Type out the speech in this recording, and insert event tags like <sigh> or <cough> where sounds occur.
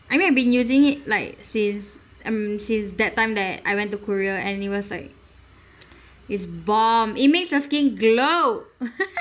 I mean I've been using it like since mm since that time that I went to korea and it was like <breath> is bomb it makes your skin glow <laughs>